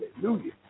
Hallelujah